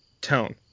Tone